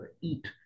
eat